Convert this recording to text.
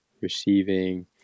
receiving